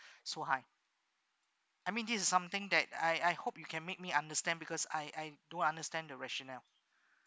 so high I mean this is something that I I hope you can make me understand because I I do understand the rationale